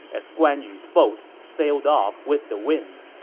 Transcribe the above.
as guan yu's boat sailed off with the wind